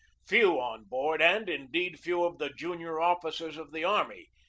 few on board, and, indeed, few of the junior officers of the army,